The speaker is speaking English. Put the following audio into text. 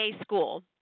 school